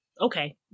okay